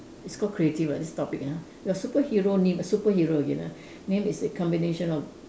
it's called creative ah this topic ya your superhero name superhero again ah name is a combination of